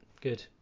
Good